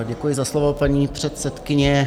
Děkuji za slovo, paní předsedkyně.